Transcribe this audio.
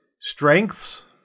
strengths